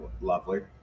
Lovely